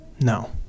No